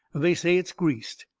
they say it's greased.